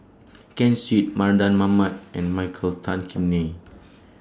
Ken Seet Mardan Mamat and Michael Tan Kim Nei